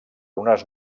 unes